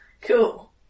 Cool